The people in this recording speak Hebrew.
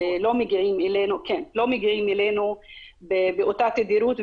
לא מגיעים אלינו באותה תדירות,